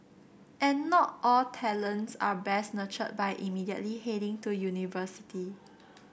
and not all talents are best nurtured by immediately heading to university